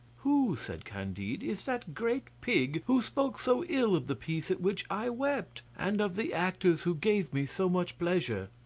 who, said candide, is that great pig who spoke so ill of the piece at which i wept, and of the actors who gave me so much pleasure?